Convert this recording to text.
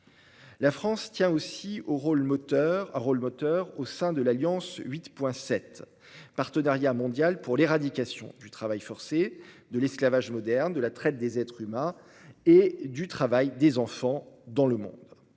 La France tient aussi un rôle moteur au sein de l'Alliance 8.7, partenariat mondial pour l'éradication du travail forcé, de l'esclavage moderne, de la traite des êtres humains et du travail des enfants dans le monde.